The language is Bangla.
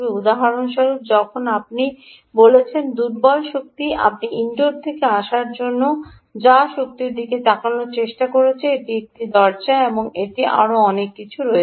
উদাহরণস্বরূপ যখন আপনি বলছেন দুর্বল শক্তি আপনি ইনডোর থেকে আসার জন্য যা শক্তির দিকে তাকানোর চেষ্টা করছে বা এটি বাইরে দরজা এবং এমন কি আরও অনেক কিছু রয়েছে